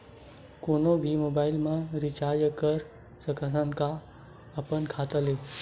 कोनो भी मोबाइल मा रिचार्ज कर सकथव का अपन खाता ले?